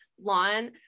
lawn